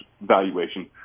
valuation